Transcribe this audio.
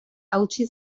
hautsi